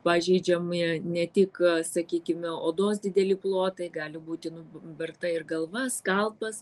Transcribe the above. pažeidžiami ne tik sakykime odos dideli plotai gali būti nuberta ir galva skalpas